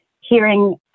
hearing